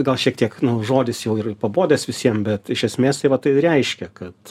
gal šiek tiek nu žodis jau ir pabodęs visiem bet iš esmės tai vat reiškia kad